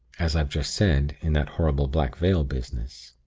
as i've just said, in that horrible black veil business.